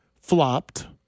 flopped